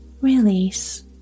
release